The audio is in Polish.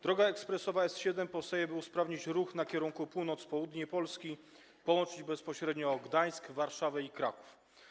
Droga ekspresowa S7 powstaje, by usprawnić ruch na kierunku północ - południe Polski, połączyć bezpośrednio Gdańsk, Warszawę i Kraków.